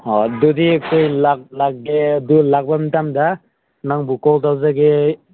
ꯍꯣꯏ ꯑꯗꯨꯗꯤ ꯑꯩꯈꯣꯏ ꯂꯥꯛ ꯂꯥꯛꯀꯦ ꯑꯗꯨ ꯂꯥꯛꯄ ꯃꯇꯝꯗ ꯅꯪꯕꯨ ꯀꯣꯜ ꯇꯧꯖꯒꯦ